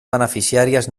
beneficiàries